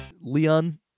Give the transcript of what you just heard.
Leon